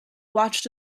watched